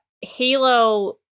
Halo